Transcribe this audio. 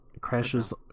crashes